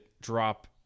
drop